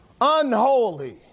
Unholy